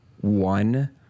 one